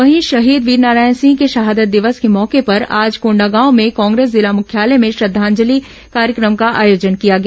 वहीं शहीद वीरनारायण सिंह के शहादत दिवस के मौके पर आज कोंडागांव में कांग्रेस जिला मुख्यालय में श्रद्धांजलि कार्यक्रम का आयोजन किया गया